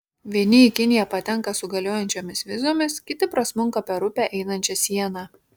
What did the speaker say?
vieni į kiniją patenka su galiojančiomis vizomis kiti prasmunka per upę einančią sieną